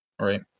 right